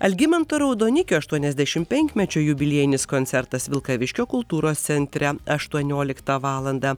algimanto raudonikio aštuoniasdešimtpenkmečio jubiliejinis koncertas vilkaviškio kultūros centre aštuonioliktą valandą